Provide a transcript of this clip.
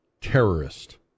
terrorist